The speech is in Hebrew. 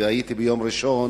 והייתי ביום ראשון